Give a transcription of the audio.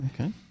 Okay